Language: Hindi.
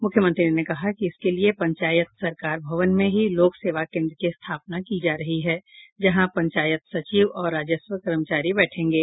मुख्यमंत्री ने कहा कि इसके लिये पंचायत सरकार भवन में ही लोक सेवा केंद्र की स्थापना की जा रही है जहां पंचायत सचिव और राजस्व कर्मचारी बैठेंगे